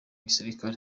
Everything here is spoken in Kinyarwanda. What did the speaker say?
gisirikare